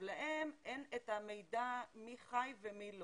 להם אין את המידע מי חי ומי לא.